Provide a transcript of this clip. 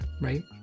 right